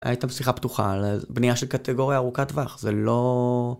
הייתה שיחה פתוחה על בנייה של קטגוריה ארוכת טווח, זה לא...